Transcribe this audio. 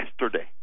yesterday